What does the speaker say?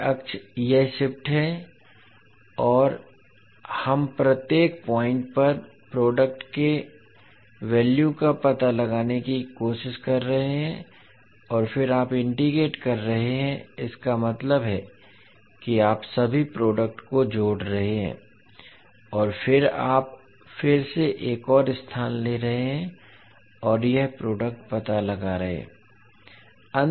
यह अक्ष यह शिफ्ट है और हम प्रत्येक बिंदु पर प्रोडक्ट के मूल्य का पता लगाने की कोशिश कर रहे हैं और फिर आप इंटेग्रेट कर रहे हैं इसका मतलब है कि आप सभी प्रोडक्टों को जोड़ रहे हैं और फिर आप फिर से एक और स्थान ले रहे हैं और यह प्रोडक्ट पता लगा रहे हैं